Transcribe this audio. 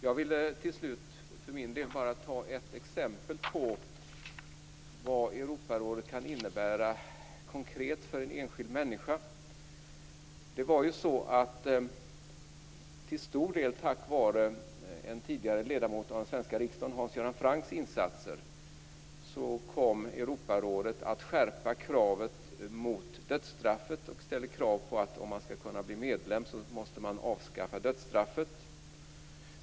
Jag vill till slut för min del bara ge ett exempel på vad Europarådet kan innebära konkret för enskilda människor. Till stor del tack vare insatser från en tidigare ledamot av den svenska riksdagen, Hans Göran Franck, har Europarådet skärpt kravet vad gäller dödsstraffet. Det ställs krav på att det land som skall kunna bli medlem måste avskaffa dödsstraffet.